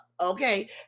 okay